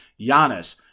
Giannis